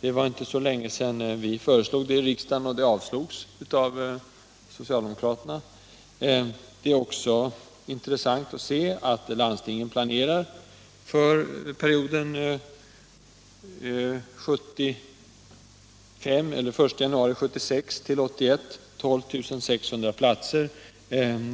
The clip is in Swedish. Det var inte länge sedan vi föreslog detta i riksdagen, men det avslogs då av socialdemokraterna. Det är också intressant att se att landstingen för perioden 1976-1981 planerar 12 600 platser.